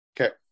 Okay